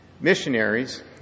missionaries